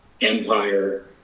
Empire